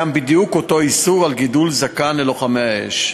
בדיוק אותו איסור על גידול זקן ללוחמי האש.